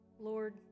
Lord